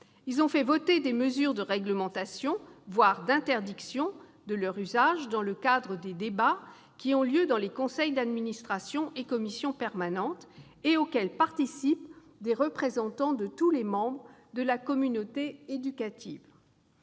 Ils ont fait voter des mesures de réglementation, voire d'interdiction, de leur usage, dans le cadre des débats qui se déroulent au sein des conseils d'administration et des commissions permanentes, et auxquels participent des représentants de toutes les composantes de la communauté éducative.